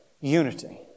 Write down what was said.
Unity